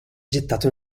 gettato